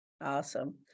Awesome